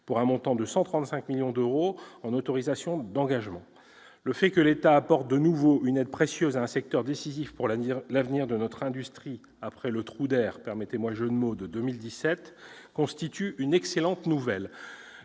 pour un montant de 135 millions d'euros en autorisations d'engagement. Le fait que l'État apporte de nouveau une aide précieuse à un secteur décisif pour l'avenir de notre industrie, après le « trou d'air » de 2017- si vous me permettez ce jeu de mots -, constitue une excellente nouvelle.